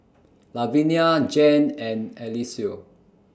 Luvinia Jan and Eliseo